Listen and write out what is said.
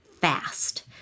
fast